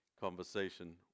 conversation